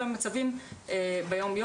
אלא למצבים ביומיום.